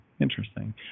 interesting